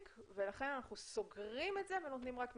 ולכן אנחנו סוגרים את זה ונותנים רק מרחוק.